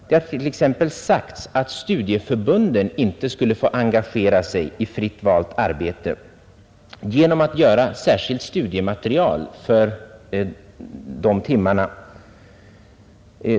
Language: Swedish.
Det har t.ex. sagts att studieförbunden inte skulle få engagera sig i fritt valt arbete genom att göra särskilt studiematerial för de timmarna.